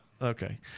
Okay